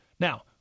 Now